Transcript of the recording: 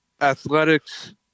Athletics